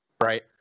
right